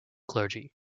clergy